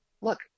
look